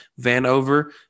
Vanover